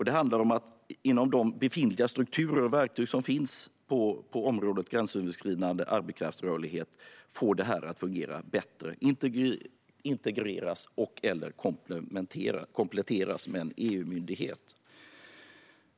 Det handlar om att inom de strukturer och med de verktyg som finns på området gränsöverskridande arbetskraftsrörlighet få detta att fungera bättre och integreras och/eller kompletteras med en EU-myndighet.